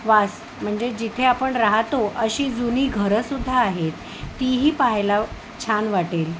वास म्हणजे जिथे आपण राहतो अशी जुनी घरं सुद्धा आहेत तीही पाहायला छान वाटेल